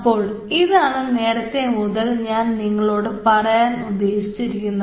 അപ്പോൾ ഇതാണ് നേരത്തെ മുതൽ ഞാൻ നിങ്ങളോട് പറയാൻ ഉദ്ദേശിക്കുന്നത്